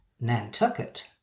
Nantucket